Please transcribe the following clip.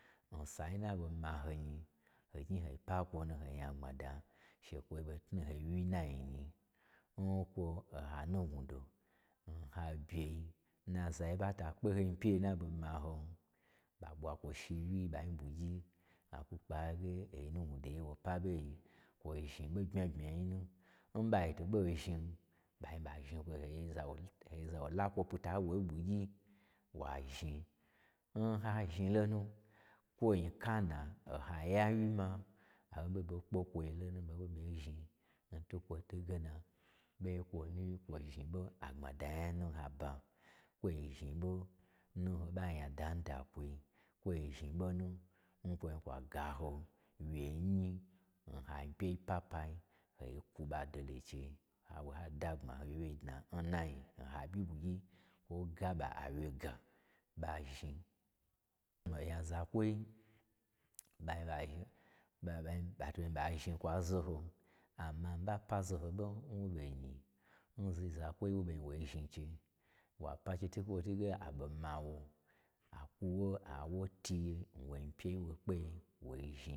N san na ɓo ma ho nyi, to gnyi ho pa kwonu ho nya gbamada, she kwoi ɓo tnu ho i n wyiyi n nanyi nkwo-oha nugnwudo n ha byei n nazai n ɓa ta kpe ho nyipyei yelo n na ɓo ma hon, ɓa ɓwa kwo shi n wyi-i ɓa in ɓwu gyi, ɓa kwu kpe n hayi ge oyi nugnwudo ye wo pa ge kwoi zhni ɓo bmya bmya yi nu n ɓai to ɓo zhin, ɓai ɓa zhni kwo ha gye za wo gyi-ha gye za wo la kwo pita n wo nyi ɓwu gyi, wa zhni, n ha zhni lonu, kwo nyi kana, o ha yawyi ma ɓa ɓei ɓe ɓa kpe kwoye lonu, ɓai ɓe ɓai zhni n twu kwo twuge na, ɓei kwonu kwonu zhni ɓo agbamada nya nun ha ba, kwoi zhni ɓo nu n ho ɓa nya dan dan nkwoi, kwoi zhni ɓo nu nkwo zhni kwa ga ho wye nyi n ha nyi pyei papayi, hoi kwu ɓa do lo n chei, ha wo ha dagbma n wyei dna n na nyi, o ha ɓyi ɓwugyi kwo ga ɓa awyega, ɓa zhni oya zakwoi ɓai ɓa zhni-ɓa ɓai ɓa to ɓo zjhni ɓa zhni a zaho, amma mii ɓa pa zaho ɓo n wo ɓo nyi, n zo zak woi n wo ɓo zhni wo zhni, wa pache n twukwo twuge a ɓoma wo, akwu wo-a wo tiye n wo. yipyei n wo kpeye wo zhni.